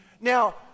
now